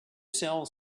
sell